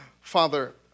Father